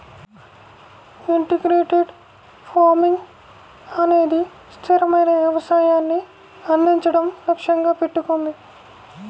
integrated farming అనేది స్థిరమైన వ్యవసాయాన్ని అందించడం లక్ష్యంగా పెట్టుకుంది